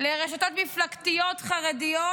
לרשתות מפלגתיות חרדיות,